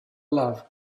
love